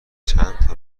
چندتا